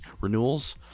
renewals